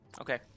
Okay